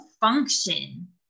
function